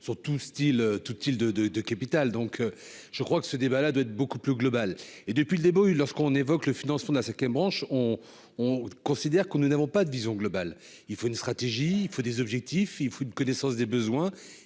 de de de capital, donc je crois que ce débat là d'être beaucoup plus globale et depuis le début, lorsqu'on évoque le financement de la ce qui est branche on on considère que nous n'avons pas de vision globale, il faut une stratégie, il faut des objectifs, il faut une connaissance des besoins